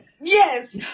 Yes